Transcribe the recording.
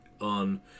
on